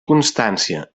constància